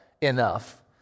enough